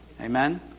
Amen